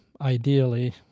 ideally